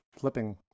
flipping